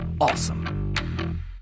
awesome